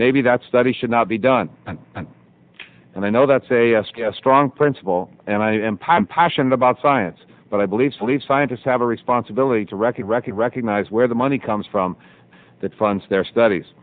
maybe that study should not be done and i know that's a s t s truong principle and i am putting passion about science but i believe sleep scientists have a responsibility to record record recognize where the money comes from that funds their studies